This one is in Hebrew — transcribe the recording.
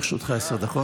לרשותך עשר דקות.